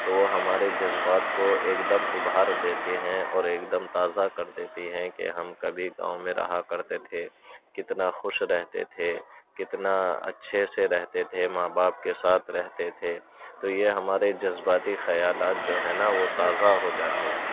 تو وہ ہمارے جذبات کو ایک دم ابھار دیتی ہیں اور ایک دم تازہ کر دیتی ہیں کہ ہم کبھی گاؤں میں رہا کرتے تھے کتنا خوش رہتے تھے کتنا اچھے سے رہتے تھے ماں باپ کے ساتھ رہتے تھے تو یہ ہمارے جذباتی خیالات جو ہیں نا وہ تازہ ہو جاتے ہیں